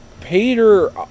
Peter